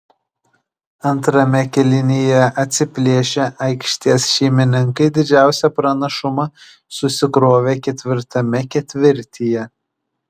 antrame kėlinyje atsiplėšę aikštės šeimininkai didžiausią pranašumą susikrovė ketvirtame ketvirtyje